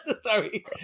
Sorry